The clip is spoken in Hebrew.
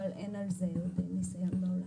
אבל אין על זה עדיין ניסיון בעולם.